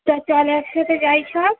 তা চল একসাথে যাই সব